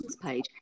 page